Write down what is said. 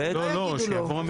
הם לא יגידו לו.